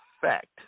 fact